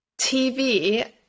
TV